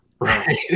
Right